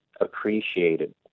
appreciated